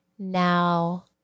now